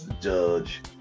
Judge